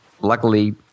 Luckily